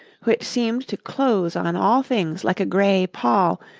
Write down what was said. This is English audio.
which seemed to close on all things like a grey pall,